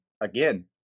again